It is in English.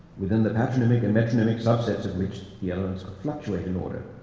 within the patronymic and metronymic subsets of which elements could fluctuate in order.